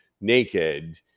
naked